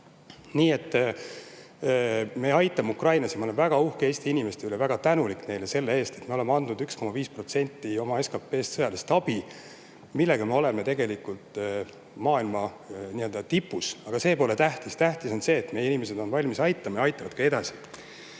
Nii et me aitame ukrainlasi ja ma olen väga uhke Eesti inimeste üle, väga tänulik neile selle eest, et me oleme andnud 1,5% oma SKP-st sõjalist abi, millega me oleme tegelikult maailma tipus. Aga see pole tähtis, tähtis on see, et meie inimesed on valmis aitama ja aitavad ka edasi.